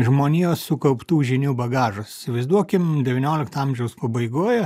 žmonijos sukauptų žinių bagažas įsivaizduokim devyniolikto amžiaus pabaigoje